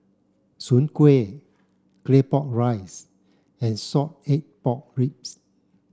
Soon Kuih Claypot rice and salted egg pork ribs